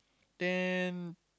then